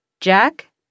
Jack